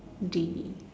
D